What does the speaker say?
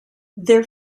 their